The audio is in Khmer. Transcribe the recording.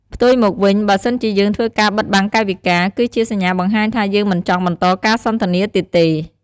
ផ្ទុយមកវិញ បើសិនជាយើងធ្វើការបិតបាំងកាយវិការ គឺជាសញ្ញាបង្ហាញថាយើងមិនចង់បន្តការសន្ទនាទៀតទេ។